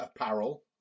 apparel